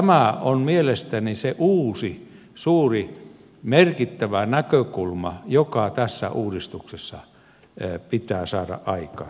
tämä on mielestäni se uusi suuri merkittävä näkökulma joka tässä uudistuksessa pitää saada aikaan